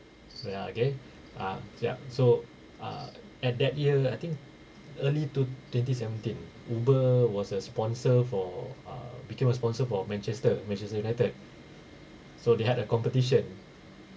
ya okay uh yup so uh and that year I think early two twenty seventeen Uber was a sponsor for uh became a sponsor for manchester manchester united so they had a competition